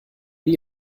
wie